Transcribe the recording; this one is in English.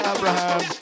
Abraham